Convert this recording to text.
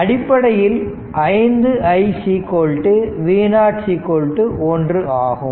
அடிப்படையில் 5 i V0 1 ஆகும்